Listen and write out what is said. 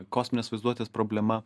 kosminės vaizduotės problema